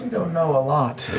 know a lot.